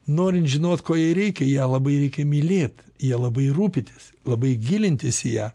norint žinot ko jai reikia ją labai reikia mylėt ja labai rūpintis labai gilintis į ją